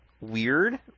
weird